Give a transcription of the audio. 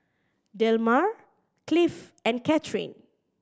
Delmar Cliff and Cathryn